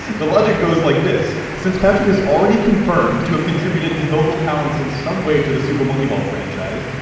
the logic goes like this since patrick is already confirmed to have contributed his vocal talents in some way to the super monkey ball franchise,